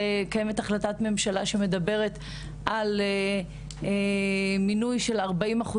קיימת החלטת ממשלה שמדברת על מינוי של 40%